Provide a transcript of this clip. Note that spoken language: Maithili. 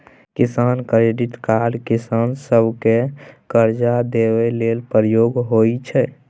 किसान क्रेडिट कार्ड किसान सभकेँ करजा देबा लेल प्रयोग होइ छै